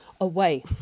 away